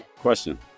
question